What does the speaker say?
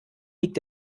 liegt